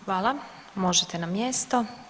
Hvala, možete na mjesto.